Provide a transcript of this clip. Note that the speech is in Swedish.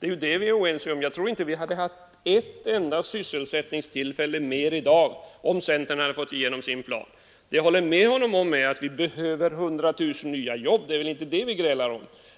Det är det vi är oense om. Jag tror inte att vi hade haft ett enda sysselsättningstillfälle mer i dag om centern hade fått igenom sin plan, Jag håller med honom om att vi behöver 100 000 nya jobb. Det är inte det vi grälar om.